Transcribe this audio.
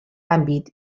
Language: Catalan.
àmbit